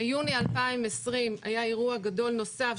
ביוני 2020 היה אירוע גדול נוסף,